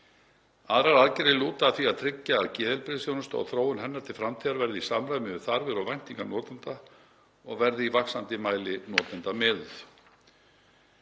Aðrar aðgerðir lúta að því að tryggja að geðheilbrigðisþjónusta og þróun hennar til framtíðar verði í samræmi við þarfir og væntingar notenda og verði í vaxandi mæli notendamiðuð.